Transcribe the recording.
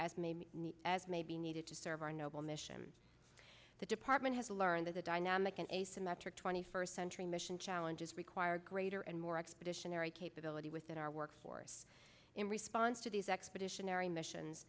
need as may be needed to serve our noble mission the department has learned that the dynamic an asymmetric twenty first century mission challenges require greater and more expeditionary capability within our work force in response to these expeditions remissions